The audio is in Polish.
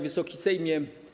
Wysoki Sejmie!